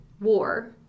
war